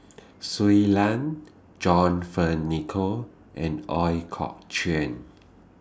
Shui Lan John Fearns Nicoll and Ooi Kok Chuen